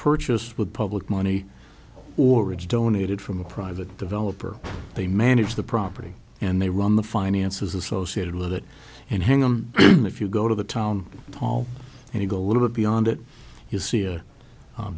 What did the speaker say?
purchased with public money or it's donated from a private developer they manage the property and they run the finances associated with it and hang on if you go to the town hall and you go a little bit beyond it you see a